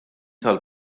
għall